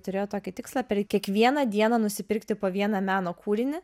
turėjo tokį tikslą per kiekvieną dieną nusipirkti po vieną meno kūrinį